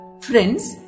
Friends